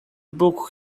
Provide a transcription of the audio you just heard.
book